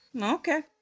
Okay